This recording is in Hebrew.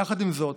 יחד עם זאת,